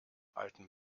alten